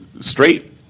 straight